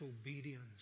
obedience